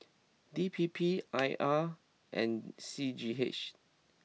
D P P I R and C G H